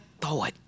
thought